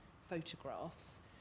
photographs